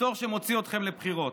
הכפתור שמוציא אתכם לבחירות,